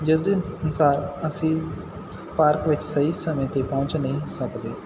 ਜਿਸ ਦੇ ਅਨੁਸਾਰ ਅਸੀਂ ਪਾਰਕ ਵਿੱਚ ਸਹੀ ਸਮੇਂ 'ਤੇ ਪਹੁੰਚ ਨਹੀਂ ਸਕਦੇ